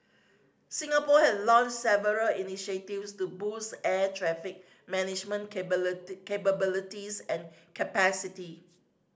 Singapore has launch several initiatives to boost air traffic management capabilities and capacity